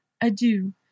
Adieu